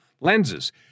lenses